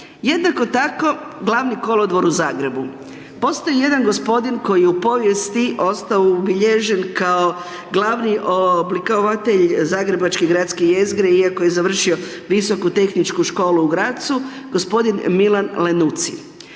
Jednako tako Glavni kolodvor u Zagrebu. Postoji jedan gospodin koji je u povijesti ostao ubilježen kao glavni oblikovatelj zagrebačke gradske jezgre iako je završio Visoku tehničku školu u Grazu, gospodin Milan Lenuci.